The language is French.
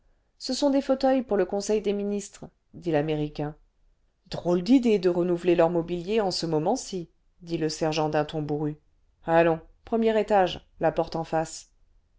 ce sont des fauteuils pour le conseil des ministres dit l'américain drôle d'idée de renouveler leur mobilier en ce moment-ci dit le sergent d'un ton bourru allons premier étage la porte en face